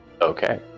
Okay